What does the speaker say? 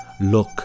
Look